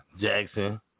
Jackson